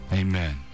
amen